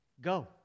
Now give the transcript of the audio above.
Go